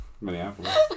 Minneapolis